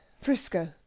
Frisco